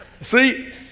See